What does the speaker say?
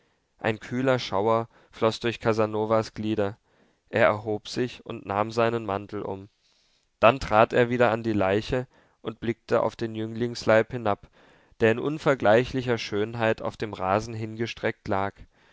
ein kühler schauer floß durch casanovas glieder er erhob sich und nahm seinen mantel um dann trat er wieder an die leiche und blickte auf den jünglingsleib hinab der in unvergleichlicher schönheit auf dem rasen hingestreckt lag